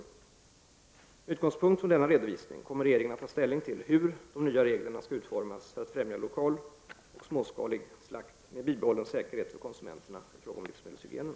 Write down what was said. Med utgångspunkt i denna redovisning kommer regeringen att ta ställning till hur de nya reglerna skall utformas för att främja lokal och småskalig slakt med bibehållen säkerhet för konsumenterna i fråga om livsmedelshygien.